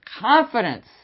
confidence